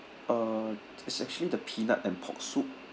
uh it's actually the peanut and pork soup